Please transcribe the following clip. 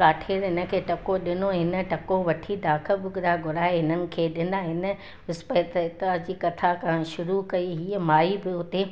काठियरु इनखे टको ॾिनो इन टको वठी डाख भुॻिड़ा घुराए इन्हनि खे ॾिना हिन विस्पति देविता जी कथा करणु शुरू कई हीअ माई बि उते